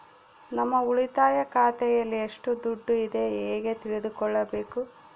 ನಮ್ಮ ಉಳಿತಾಯ ಖಾತೆಯಲ್ಲಿ ಎಷ್ಟು ದುಡ್ಡು ಇದೆ ಹೇಗೆ ತಿಳಿದುಕೊಳ್ಳಬೇಕು?